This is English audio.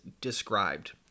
described